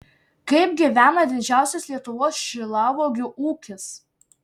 kaip gyvena didžiausias lietuvos šilauogių ūkis